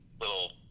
little